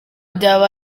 byaba